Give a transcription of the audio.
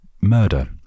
murder